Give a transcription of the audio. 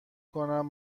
کنم